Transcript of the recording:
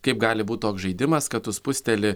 kaip gali būt toks žaidimas kad tu spusteli